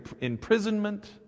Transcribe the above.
imprisonment